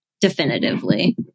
definitively